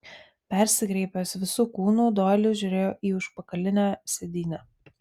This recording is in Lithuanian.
persikreipęs visu kūnu doilis žiūrėjo į užpakalinę sėdynę